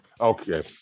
Okay